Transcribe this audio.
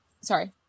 Sorry